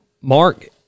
Mark